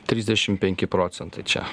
trisdešim penki procentai čia